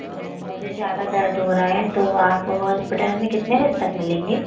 तो मुझे ज़्यादा दर्द हो रहा है तो आप हॉस्पिटल में कितने बजे तक मिलेंगे